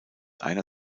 einer